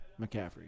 McCaffrey